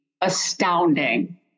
astounding